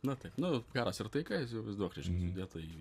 na taip nu karas ir taika įsivaizduok reiškia sudėta į